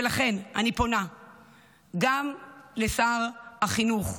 ולכן אני פונה גם לשר החינוך,